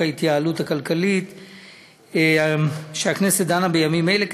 ההתייעלות הכלכלית שהכנסת דנה בה בימים אלה,